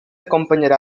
acompanyarà